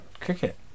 cricket